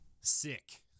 Sick